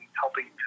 helping